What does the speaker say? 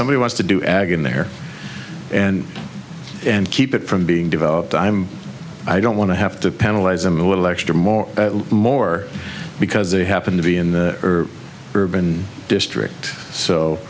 somebody wants to do agen there and keep it from being developed i'm i don't want to have to penalize them a little extra more more because they happen to be in the urban district so